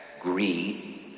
greed